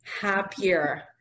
happier